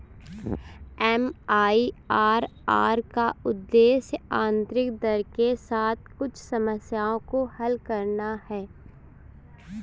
MIRR का उद्देश्य आंतरिक दर के साथ कुछ समस्याओं को हल करना है